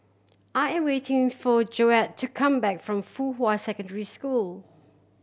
I am waiting for Joette to come back from Fuhua Secondary School